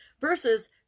versus